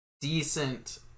decent